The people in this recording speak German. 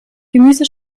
gemüse